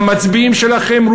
שהמצביעים שלכם,